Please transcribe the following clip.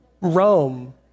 Rome